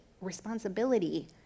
responsibility